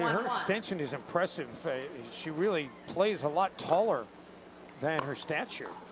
her extension is impressive. she really plays a lot taller than her stature.